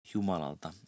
Jumalalta